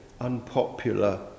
unpopular